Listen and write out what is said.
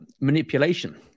manipulation